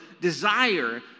desire